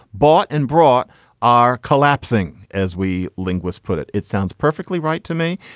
bought and brought are collapsing, as we linguist's put it. it sounds perfectly right to me.